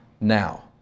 now